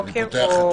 אני פותח את